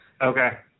Okay